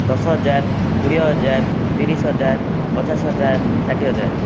ଦଶ ହଜାର କୋଡ଼ିଏ ହଜାର ତିରିଶ ହଜାର ପଚାଶ ହଜାର ଷାଠିଏ ହଜାର